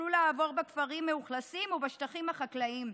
יוכלו לעבור בכפרים מאוכלסים ובשטחים החקלאים.